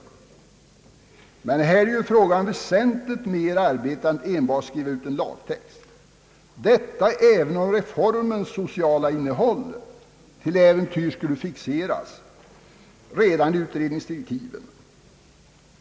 Här är det dock fråga om väsentligt mer arbete än att enbart skriva en lagtext; detta även om reformens sociala innehåll till äventyrs skulle fixeras redan i utredningsdirektiven.